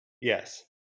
Yes